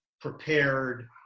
prepared